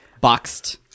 Boxed